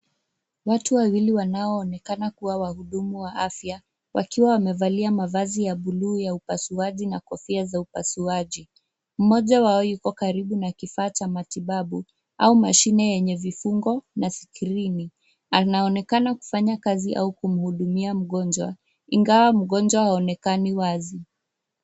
Watu wawili wanaoonekana kuwa wahudumu wa afya wakiwa wamvalia mavazi ya buluu ya upasuaji na kofia za upasuaji. Mmoja wao yuko karibu na kifaa cha matibabu au mashine yenye vifungo au skrini. Anaonekana kufanya kazi au kumhudumia mgonjwa, ingawa mginjwa haonekani wazi.